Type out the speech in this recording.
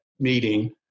meeting